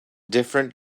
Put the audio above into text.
different